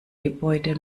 gebäude